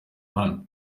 hano